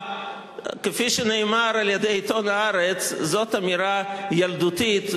כפי שנאמר על-ידי עיתון "הארץ" זאת אמירה ילדותית,